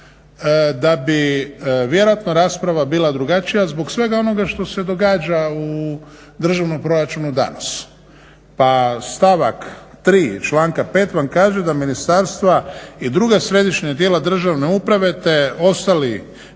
da bi vjerojatno rasprava bila drugačija zbog svega onoga što se događa u državnom proračunu danas. Pa stavak 3. članka 5. vam kaže da ministarstva i druga središnja tijela državne uprave te ostali